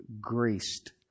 graced